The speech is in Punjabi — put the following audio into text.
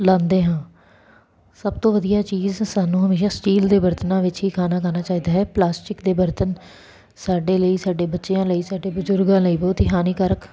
ਲਾਉਂਦੇ ਹਾਂ ਸਭ ਤੋਂ ਵਧੀਆ ਚੀਜ਼ ਸਾਨੂੰ ਹਮੇਸ਼ਾ ਸਟੀਲ ਦੇ ਬਰਤਨਾਂ ਵਿੱਚ ਹੀ ਖਾਣਾ ਖਾਣਾ ਚਾਹੀਦਾ ਹੈ ਪਲਾਸਟਿਕ ਦੇ ਬਰਤਨ ਸਾਡੇ ਲਈ ਸਾਡੇ ਬੱਚਿਆਂ ਲਈ ਸਾਡੇ ਬਜ਼ੁਰਗਾਂ ਲਈ ਬਹੁਤ ਹੀ ਹਾਨੀਕਾਰਕ